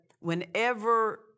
Whenever